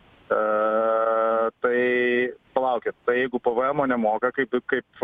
tai palaukit tai jeigu pvemo nemoka kaip